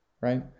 right